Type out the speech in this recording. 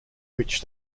which